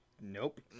Nope